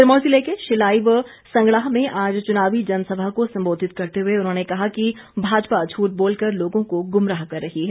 सिरमौर ज़िले के शिलाई व संगड़ाह में आज चुनावी जनसभा को संबोधित करते हुए उन्होंने कहा कि भाजपा झूठ बोलकर लोगों को गुमराह कर रही है